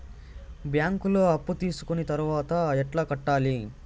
బ్యాంకులో అప్పు తీసుకొని తర్వాత ఎట్లా కట్టాలి?